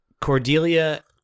Cordelia